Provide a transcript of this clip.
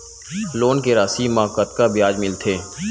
Loan के राशि मा कतका ब्याज मिलथे?